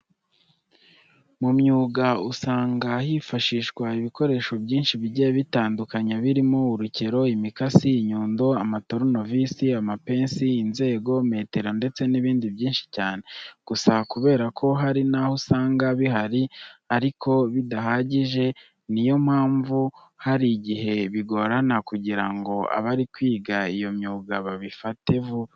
Mu myuga usanga hifashishwa ibikoresho byinshi bigiye bitandukanye birimo urukero, imikasi, inyundo, amatoronovisi, amapensi, inzego, metero ndetse n'ibindi byinshi cyane. Gusa kubera ko hari aho usanga bihari ariko bidahagije, ni yo mpamvu hari igihe bigorana kugira ngo abari kwiga iyo myuga babifate vuba.